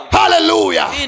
hallelujah